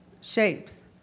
shapes